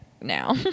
now